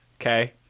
okay